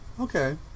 Okay